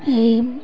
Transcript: এই